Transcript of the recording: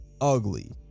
ugly